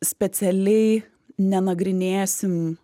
specialiai nenagrinėsim